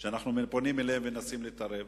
כשאנחנו פונים אליהם ומנסים להתערב,